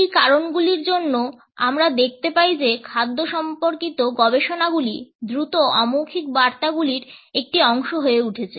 এই কারণগুলির জন্য আমরা দেখতে পাই যে খাদ্য সম্পর্কিত গবেষণাগুলি দ্রুত অমৌখিক বার্তাগুলির একটি অংশ হয়ে উঠছে